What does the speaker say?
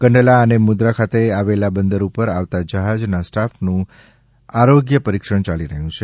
કંડલા અને મુંદ્રા ખાતે આવેલા બંદર ઉપર આવતા જહાજના સ્ટાફનું આરોગ્ય પરીક્ષણ ચાલી રહ્યું છે